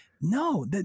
no